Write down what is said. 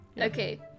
Okay